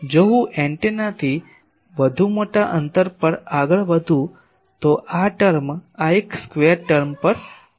જો હું એન્ટેનાથી વધુ મોટા અંતર પર આગળ વધું તો આ ટર્મ આ એક સ્કવેર ટર્મ પર પ્રભુત્વ શરૂ કરશે